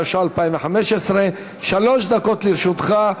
התשע"ה 2015. שלוש דקות לרשותך,